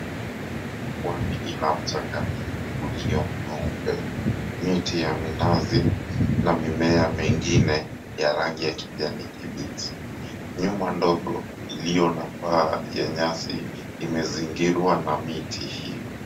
Pwani ina mchanga mwingi ulio mweupe, miti ya minazi na mimea mengine ya rangi ya kijani kibichi. Nyumba ndogo iliyo na paa ya nyasi imezingirwa na miti hiyo.